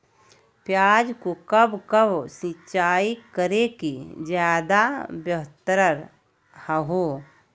प्याज को कब कब सिंचाई करे कि ज्यादा व्यहतर हहो?